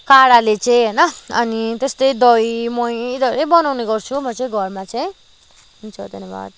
काढाले चाहिँ होइन अनि त्यस्तै दही मही धेरै बनाउने गर्छु म चाहिँ घरमा चाहिँ हुन्छ धन्यवाद